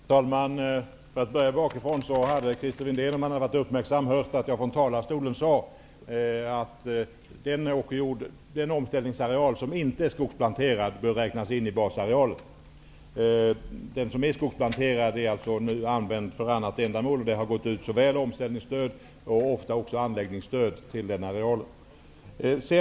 Herr talman! Jag skall börja med Christer Windéns frågor bakifrån. Om han hade varit uppmärksam hade han hört att jag från talarstolen sade att den omställningsareal som inte är skogsplanterad bör räknas in i basarealen. Den som är skogsplanterad är nu alltså använd för annat ändamål, och det har utgått omställningsstöd och ofta även anläggningsstöd till denna areal.